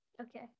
okay